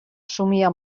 somia